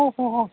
ഓ ഹോ ഹോ ഓ